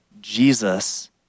Jesus